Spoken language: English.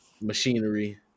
machinery